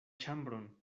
ĉambron